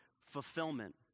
fulfillment